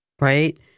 right